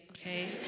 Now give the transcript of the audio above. Okay